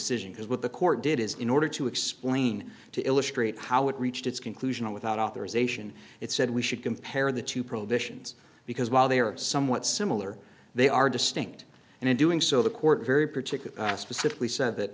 city because what the court did is in order to explain to illustrate how it reached its conclusion without authorization it said we should compare the two prohibitions because while they are somewhat similar they are distinct and in doing so the court very particular specifically said that